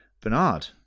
Bernard